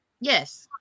Yes